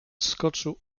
skoczył